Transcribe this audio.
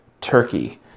turkey